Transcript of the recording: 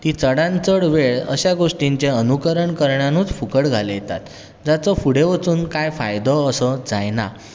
ती चडांत चड वेळ अश्या गोश्टींचें अनुकरण करण्यानूच फुकट घालयतात जाचो फुडें वचून कांयच फायदो असो जायना